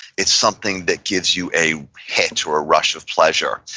it's something that gives you a hit, or a rush of pleasure.